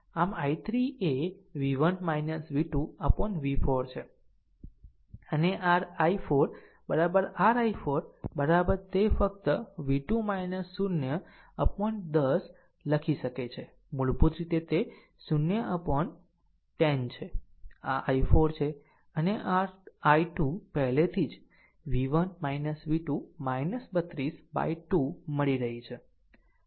આમ i3 એv1 v2 upon v4 છે અને r i4 r i4 તે ફક્ત v2 0 upon 10 લખી શકે છે મૂળભૂત રીતે તે 0 upon 10 છે આ i4 છે અને r i2 પહેલેથી જ v1 v2 32 by 2 મળી છે